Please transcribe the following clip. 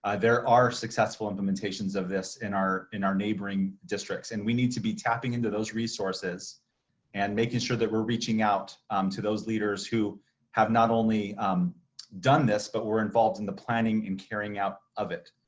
there are successful implementations of this in our in our neighboring districts, and we need to be tapping into those resources and making sure that we're reaching out to those leaders who have not only done this, but were involved in the planning and carrying out of it.